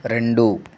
రెండు